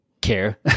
care